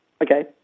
Okay